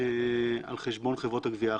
על חשבון חברות גבייה אחרת.